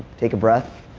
take a breath.